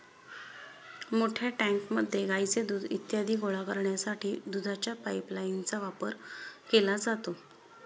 मोठ्या टँकमध्ये गाईचे दूध इत्यादी गोळा करण्यासाठी दुधाच्या पाइपलाइनचा वापर केला जातो